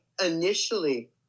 initially